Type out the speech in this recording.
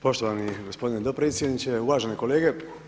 Poštovani gospodine dopredsjedniče, uvažene kolege.